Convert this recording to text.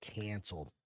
canceled